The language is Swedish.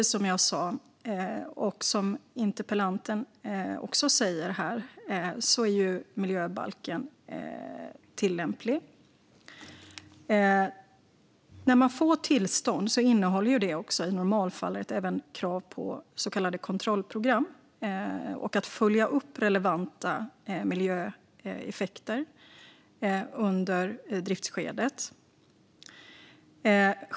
Som jag sa, och som interpellanten också säger, är miljöbalken tillämplig. När man får tillstånd innehåller det i normalfallet även krav på så kallade kontrollprogram och att följa upp relevanta miljöeffekter under driftsskedet.